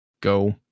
go